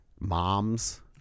mom's